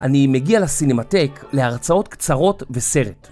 אני מגיע לסינמטק להרצאות קצרות וסרט.